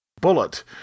bullet